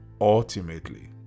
ultimately